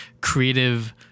creative